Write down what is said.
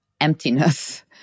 emptiness